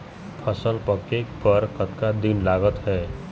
फसल पक्के बर कतना दिन लागत हे?